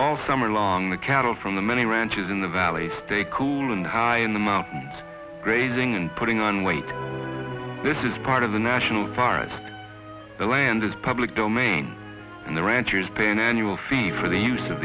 all summer long the cattle from the many ranches in the valley stay cool and high in the mountains grazing and putting on weight this is part of the national forest the land is public domain and the ranchers pain annual fee for the use